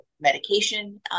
medication